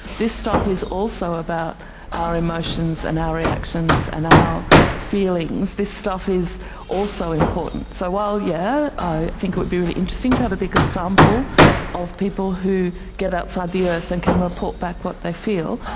this stuff is also about our emotions and our reactions and our feelings, this stuff is also important. so while, yes, yeah i think it would be really interesting to have a bigger sample of people who get outside the earth and can report back what they feel,